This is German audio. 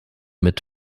mit